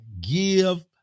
Give